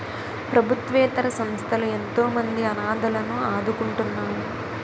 ప్రభుత్వేతర సంస్థలు ఎంతోమంది అనాధలను ఆదుకుంటున్నాయి